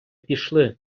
пішли